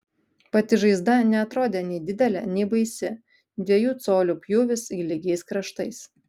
pati žaizda neatrodė nei didelė nei baisi dviejų colių pjūvis lygiais kraštais